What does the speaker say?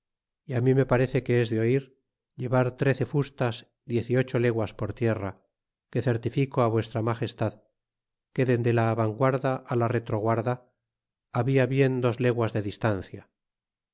y así me parece que es de oir llevar trece fustas diez y ocho leguas por tierra que certifico á vuestra alagestad que dende la abanguarda á la retroguarda habla bien dos le guas de distancia